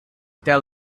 tell